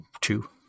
two